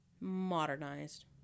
modernized